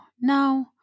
no